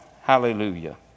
Hallelujah